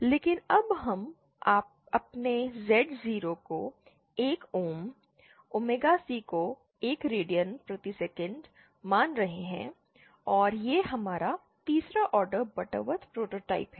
लेकिन अब हम अपने Z0 को 1 ओम ओमेगा C को 1 रेडियन प्रति सेकंड मान रहे हैं और यह हमारा तीसरा ऑर्डर बटरवर्थ प्रोटोटाइप है